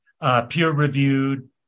peer-reviewed